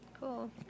Cool